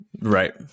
Right